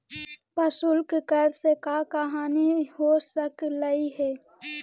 प्रशुल्क कर से का का हानि हो सकलई हे